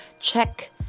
check